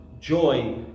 joy